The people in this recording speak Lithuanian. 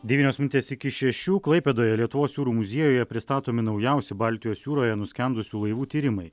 devynios minutės iki šešių klaipėdoje lietuvos jūrų muziejuje pristatomi naujausi baltijos jūroje nuskendusių laivų tyrimai